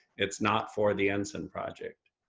it's not for the ensign project.